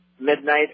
midnight